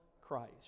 Christ